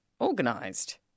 organised